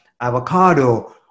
avocado